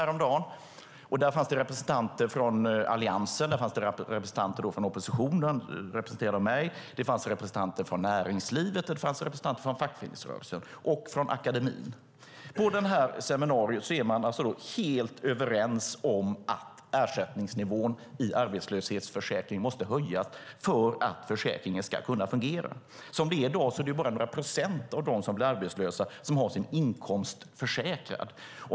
Där fanns representanter från Alliansen, oppositionen - det var jag - näringslivet, fackföreningsrörelsen och akademin. På seminariet var man helt överens om ersättningsnivån i arbetslöshetsförsäkringen måste höjas för att försäkringen ska fungera. I dag är det bara några procent av dem som blir arbetslösa som har sin inkomst försäkrad.